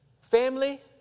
Family